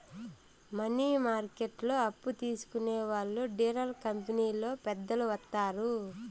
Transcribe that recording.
money మార్కెట్లో అప్పు తీసుకునే వాళ్లు డీలర్ కంపెనీలో పెద్దలు వత్తారు